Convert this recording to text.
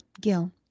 Gil